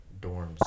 dorms